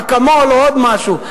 אקמול או עוד משהו.